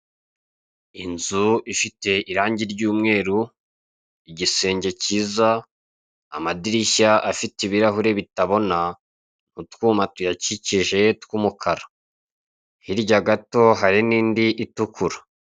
Inzu ifite irange ry'umweru, igisenge kiza, amdirishya afite ibirahure bitabona, utwuma tuyakikije tw'umukara hirya gato hari n'indi itukura.